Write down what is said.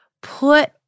put